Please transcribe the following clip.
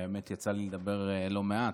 האמת שיצא לי לדבר לא מעט,